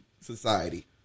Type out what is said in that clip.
society